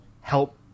help